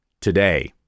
today